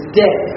dead